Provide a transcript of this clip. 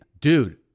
Dude